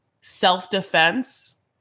self-defense